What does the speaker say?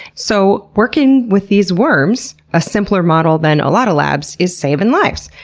so, working with these worms, a simpler model than a lot of labs, is saving lives.